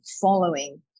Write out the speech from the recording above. following